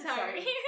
Sorry